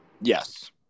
Yes